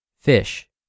fish